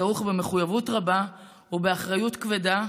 הכרוך במחויבות רבה ובאחריות כבדה,